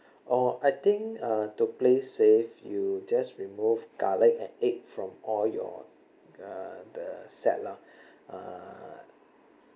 oh I think uh to play safe you just remove garlic and egg from all your uh the set lah uh